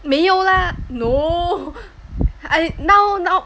没有啦 no I now now